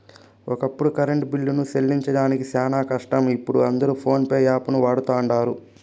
ఒకప్పుడు కరెంటు బిల్లులు సెల్లించడం శానా కష్టం, ఇపుడు అందరు పోన్పే యాపును వాడతండారు